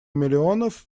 миллионов